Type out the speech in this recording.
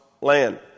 land